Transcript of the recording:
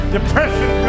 Depression